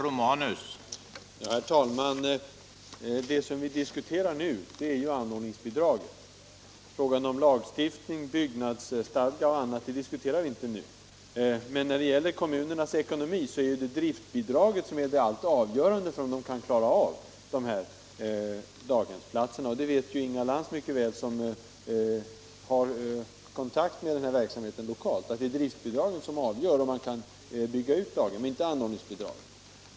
Herr talman! Det som vi diskuterar nu är anordningsbidraget. Lagstiftningen, byggnadsstadgan och annat, diskuterar vi inte i dag. Men i kommunernas ekonomi är driftbidraget helt avgörande för om de kan klara uppgiften att tillhandahålla daghemsplatser. Inga Lantz, som har kontakt med denna verksamhet lokalt, vet mycket väl att det är driftbidraget som avgör om man kan bygga ut daghemmen -— inte anordningsbidraget.